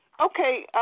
Okay